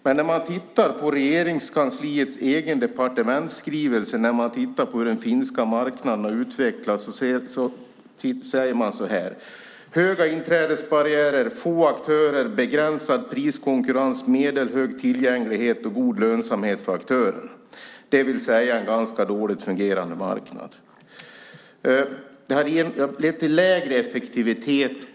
Men i Regeringskansliets egen departementsskrivelse säger man angående utvecklingen av den finska marknaden att det är höga inträdesbarriärer, få aktörer, begränsad priskonkurrens, medelhög tillgänglighet och god lönsamhet för aktörerna - det vill säga en ganska dåligt fungerande marknad. Detta har lett till lägre effektivitet.